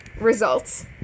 results